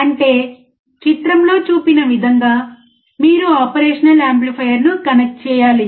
అంటే చిత్రంలో చూపిన విధంగా మీరు ఆపరేషన్ యాంప్లిఫైయర్ను కనెక్ట్ చేయాలి